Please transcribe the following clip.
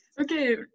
okay